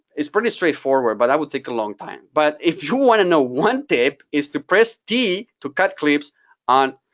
it's pretty straightforward, but that would take a long time. but if you want to know one tip, it's to press t to cut clips on,